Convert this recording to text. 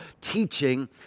teaching